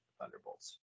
Thunderbolts